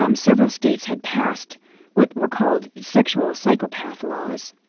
um several states had passed what were called sexual ah psychopath laws.